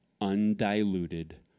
undiluted